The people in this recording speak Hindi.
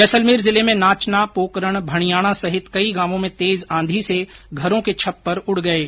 जैसलमेर जिले में नाचना पोकरण भणियाणा सहित कई गांवों में तेज आंधी से घरों के छप्पर उड गये